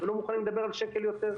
ולא מוכנים לדבר על שקל יותר.